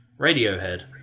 Radiohead